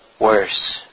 worse